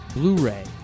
Blu-ray